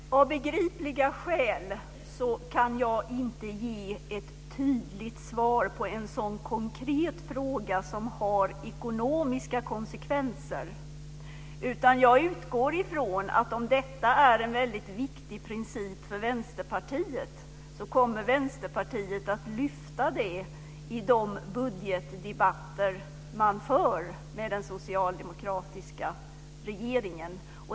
Herr talman! Av begripliga skäl kan jag inte ge ett tydligt svar på en sådan konkret fråga som har ekonomiska konsekvenser. Jag utgår från att om detta är en viktig princip för Vänsterpartiet, kommer Vänsterpartiet att lyfta fram den principen i de budgetdebatter som man för med den socialdemokratiska regeringen.